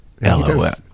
LOL